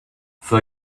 for